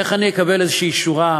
איך אני אקבל איזושהי שורה,